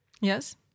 Yes